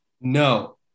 No